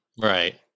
Right